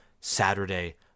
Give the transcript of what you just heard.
Saturday